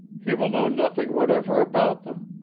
he will know nothing whatever about them.